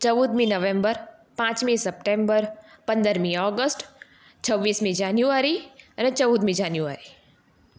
ચૌદમી નવેમ્બર પાંચમી સપ્ટેમ્બર પંદરમી ઓગષ્ટ છવ્વીસમી જાન્યુવારી અને ચૌદમી જાન્યુવારી